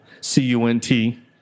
C-U-N-T